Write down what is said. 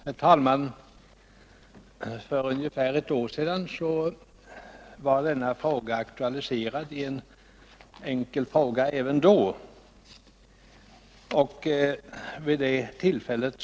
Herr talman! För ungefär ett år sedan aktualiserades denna sak, även då i en enkel fråga.